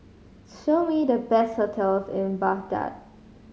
show me the best hotels in Baghdad